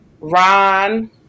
Ron